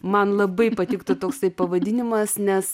man labai patiktų toksai pavadinimas nes